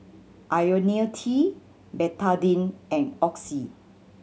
Ionil T Betadine and Oxy